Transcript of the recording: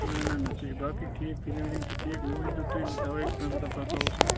نہ نہ نہ سُہ چھُ باقٕے ٹھیٖک فِلِنٛگ وِلِنٛگ چھِ ٹھیٖک مےٚ ؤنۍتَو تُہۍ دوا مےٚ باسان بَدلاوہوٚس أسۍ